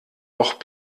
noch